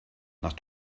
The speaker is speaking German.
nach